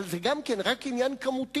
אבל זה גם כן רק עניין כמותי.